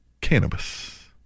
Cannabis